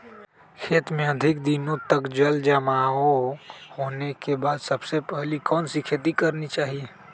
खेत में अधिक दिनों तक जल जमाओ होने के बाद सबसे पहली कौन सी खेती करनी चाहिए?